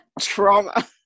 trauma